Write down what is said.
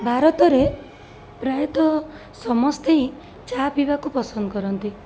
ଭାରତରେ ପ୍ରାୟତଃ ସମସ୍ତେ ଚା' ପିଇବାକୁ ପସନ୍ଦ କରନ୍ତି